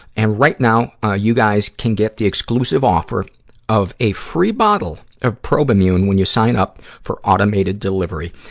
and right now, ah, you guys can get the exclusive offer of a free bottle of probimune when you sign up for automated delivery.